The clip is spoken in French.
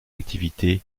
activité